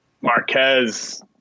Marquez